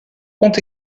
ont